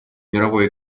мировой